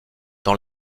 dans